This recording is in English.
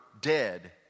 dead